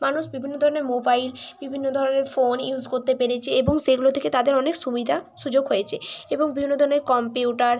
মানুষ বিভিন্ন ধরনের মোবাইল বিভিন্ন ধরনের ফোন ইউজ করতে পেরেছে এবং সেগুলো থেকে তাদের অনেক সুবিধা সুযোগ হয়েছে এবং বিভিন্ন ধরনের কম্পিউটর